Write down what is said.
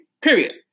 period